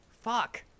fuck